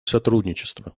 сотрудничество